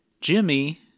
Jimmy